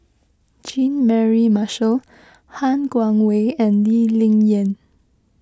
Jean Mary Marshall Han Guangwei and Lee Ling Yen